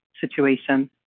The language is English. situation